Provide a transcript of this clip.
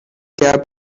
cap